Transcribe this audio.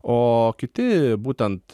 o kiti būtent